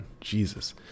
Jesus